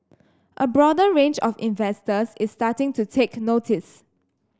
a broader range of investors is starting to take notice